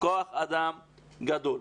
כוח אדם גדול.